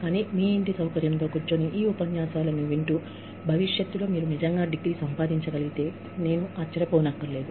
కానీ మీ ఇంటి సౌకర్యంతో కూర్చొని ఈ ఉపన్యాసాలను వింటూ భవిష్యత్తులో మీరు నిజంగా డిగ్రీ సంపాదించగలిగితే నేను ఆశ్చర్యపోనక్కర్లేదు